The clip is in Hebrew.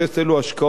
אלו השקעות